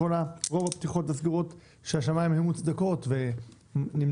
שרוב הפתיחות והסגירות של השמיים היו מוצדקות ונמנעו